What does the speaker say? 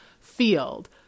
field